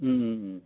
उम् उम् उम्